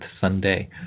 Sunday